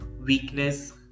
weakness